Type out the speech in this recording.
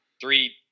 three